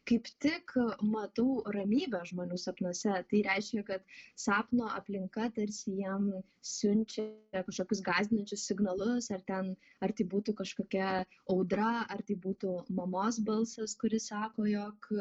kaip tik matau ramybę žmonių sapnuose tai reiškia kad sapno aplinka tarsi jiem siunčia kažkokius gąsdinančius signalus ar ten ar tai būtų kažkokia audra ar tai būtų mamos balsas kuris sako jog